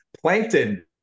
Plankton